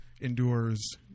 endures